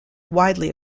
widely